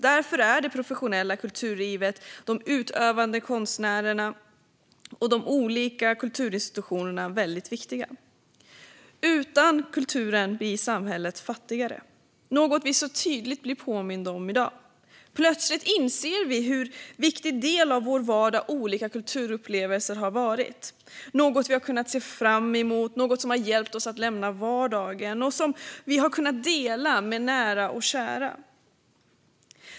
Därför är det professionella kulturlivet, de utövande konstnärerna och de olika kulturinstitutionerna viktiga. Utan kulturen blir samhället fattigare, vilket vi tydligt blir påminda om i dag. Plötsligt inser vi hur viktig del av vår vardag olika kulturupplevelser har varit. Det är något vi har kunnat se fram emot, något som hjälpt oss att lämna vardagen och något som vi har kunnat dela med nära och kära.